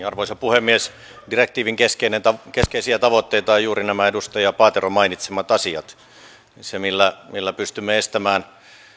arvoisa puhemies direktiivin keskeisiä tavoitteita ovat juuri nämä edustaja paateron mainitsemat asiat se millä millä pystymme estämään